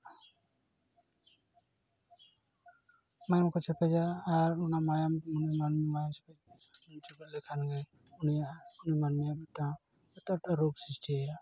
ᱢᱟᱭᱟᱢ ᱠᱚ ᱪᱮᱯᱮᱡᱟ ᱟᱨ ᱚᱱᱟ ᱢᱟᱭᱟᱢ ᱡᱩᱫᱤ ᱢᱟᱹᱱᱢᱤ ᱢᱟᱭᱟᱢ ᱥᱟᱶᱛᱮ ᱡᱚᱴᱮᱫ ᱞᱮᱠᱷᱟᱱ ᱜᱮ ᱩᱱᱤᱭᱟᱜ ᱩᱱᱤ ᱢᱟᱹᱱᱢᱤᱭᱟᱜ ᱢᱤᱫᱴᱟᱝ ᱟᱫᱚ ᱢᱤᱫᱴᱟᱝ ᱨᱳᱜᱽ ᱥᱨᱤᱥᱴᱤᱭᱟᱭᱟ